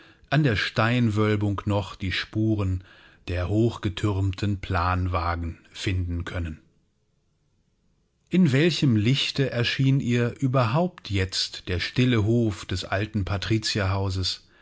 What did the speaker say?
an der steinwölbung noch die spuren der hochgetürmten planwagen finden können in welchem lichte erschien ihr überhaupt jetzt der stille hof des alten